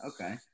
Okay